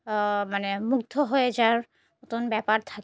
মানে মুগ্ধ হয়ে যাওয়ার মতন ব্যাপার থাকে